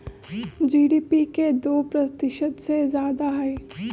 GDP के दु प्रतिशत से जादा हई